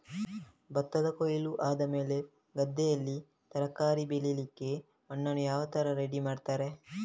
ಭತ್ತದ ಕೊಯ್ಲು ಆದಮೇಲೆ ಗದ್ದೆಯಲ್ಲಿ ತರಕಾರಿ ಬೆಳಿಲಿಕ್ಕೆ ಮಣ್ಣನ್ನು ಯಾವ ತರ ರೆಡಿ ಮಾಡ್ತಾರೆ?